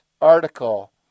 article